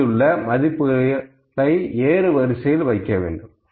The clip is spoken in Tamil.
இதிலுள்ள மதிப்புகளை ஏறுவரிசையில் வைக்க வேண்டும்